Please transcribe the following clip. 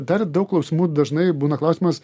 dar daug klausimų dažnai būna klausimas